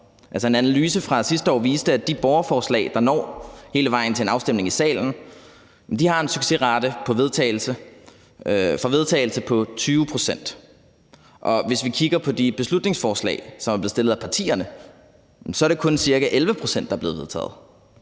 En analyse fra sidste år viste, at de borgerforslag, der når hele vejen til en afstemning i salen, har en succesrate for vedtagelse på 20 pct. Hvis vi kigger på de beslutningsforslag, som er blevet fremsat af partierne, er det kun ca. 11 pct., der er blevet vedtaget.